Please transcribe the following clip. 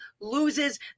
loses